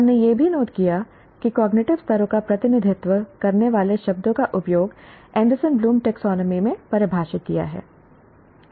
हमने यह भी नोट किया कि कॉग्निटिव स्तरों का प्रतिनिधित्व करने वाले शब्दों का उपयोग एंडरसन ब्लूम टैक्सोनॉमी में परिभाषित किया है